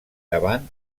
davant